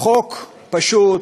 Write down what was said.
חוק פשוט,